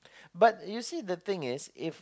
but you see the thing is if